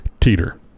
Teeter